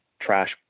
trash